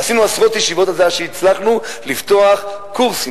ועשינו עשרות ישיבות על זה עד שהצלחנו לפתוח קורסים,